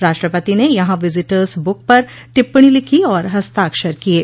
राष्ट्रपति ने यहां विजिटर्स ब्रक पर टिप्पणी लिखी और हस्ताक्षर किये